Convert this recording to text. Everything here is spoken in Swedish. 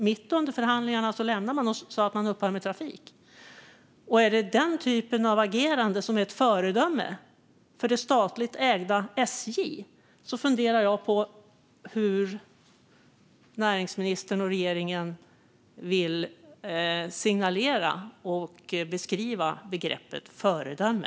Mitt under förhandlingarna lämnade man dem och sa att man upphör med trafiken. Om det är den typen av agerande som är ett föredöme för det statligt ägda SJ funderar jag på hur näringsministern och regeringen vill signalera och beskriva begreppet föredöme.